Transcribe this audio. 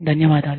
ధన్యవాదాలు